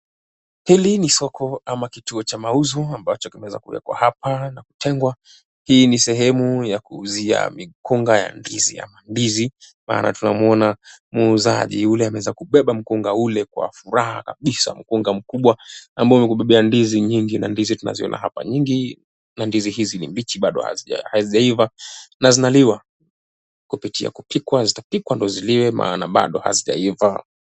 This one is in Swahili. Hili ni soko ama kituo cha mauzo ambacho kimeweza kuwekwa hapa. Hii ni sehemu ya kuuzia mikunga ya ndizi, maana tunamwona muuzaji yule ameweza kubeba mkunga ule kwa furaha kabisa. Mkunga mkubwa kabisa ambao umebebea ndizi nyingi na ndizi tunaziona hapa nyingi na ndizi hizi ni mbichi bado hazijaiva na zinaliwa kupitia kupikwa ndio ziliwe maana bado hazijaiva.